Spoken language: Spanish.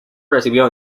recibió